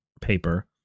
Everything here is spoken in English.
paper